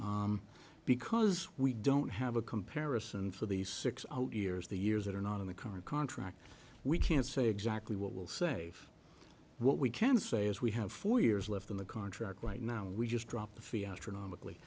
now because we don't have a comparison for the six years the years that are not in the current contract we can't say exactly what will save what we can say as we have four years left in the contract right now we just drop the fee outre normally